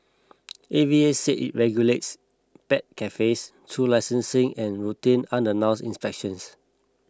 A V A said it regulates pet cafes through licensing and routine unannounced inspections